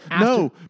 No